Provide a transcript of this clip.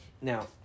Now